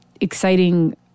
exciting